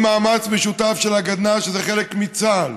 עם מאמץ משותף של הגדנ"ע, שזה חלק מצה"ל,